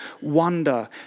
wonder